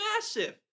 massive